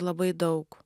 labai daug